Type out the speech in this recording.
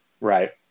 Right